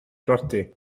briodi